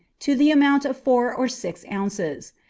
to the amount of four or six ounces.